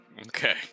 okay